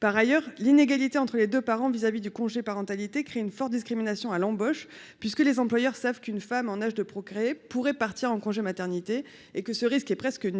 par ailleurs, l'inégalité entre les deux parents vis-à-vis du congé parentalité crée une forte discrimination à l'embauche, puisque les employeurs savent qu'une femme en âge de procréer pourrait partir en congé maternité et que ce risque est presque nulle